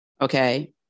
okay